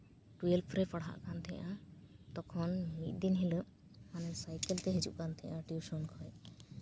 twelve ᱨᱮ ᱯᱟᱲᱦᱟᱜ ᱠᱟᱱ ᱛᱟᱦᱮᱱᱟ ᱛᱚᱠᱷᱚᱱ ᱢᱤᱫ ᱫᱤᱱ ᱦᱤᱞᱳᱜ ᱦᱟᱱᱮ ᱥᱟᱭᱠᱮᱞ ᱛᱮᱭ ᱦᱤᱡᱩᱜ ᱠᱟᱱ ᱛᱟᱦᱮᱱ ᱴᱤᱭᱩᱥᱚᱱ ᱠᱷᱚᱡ